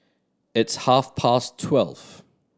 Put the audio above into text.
its half past twelve